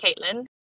Caitlin